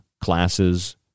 classes